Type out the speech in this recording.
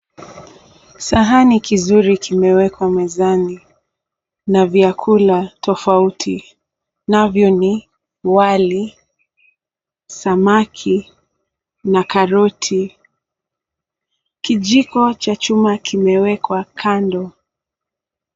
Sahani kizuri kimewekwa mezani na vyakula tofauti navyo ni wali samaki na karoti. Kijiko cha chuma kimewekwa kando.